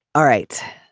all right.